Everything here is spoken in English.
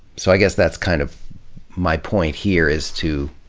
so i guess that's kind of my point here is to